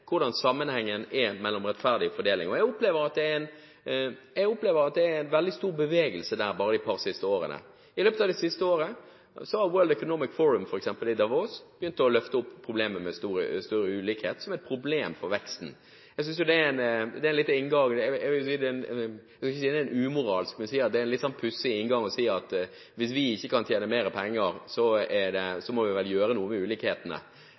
hvordan det har sammenheng med rettferdig fordeling. Jeg opplever at det er veldig stor bevegelse der bare de par siste årene. I løpet av det siste året har f.eks. World Economic Forum i Davos begynt å løfte opp problemet med større ulikhet som et problem for veksten. Jeg vil ikke si at det er en umoralsk, men en litt pussig inngang å si at hvis vi ikke kan tjene mer penger, må vi vel gjøre noe med ulikhetene. Det bedre å ha det moralske utgangspunktet og si at det faktisk er slik at samfunn med små forskjeller er bedre samfunn, mer rettferdige samfunn. Men ok – vi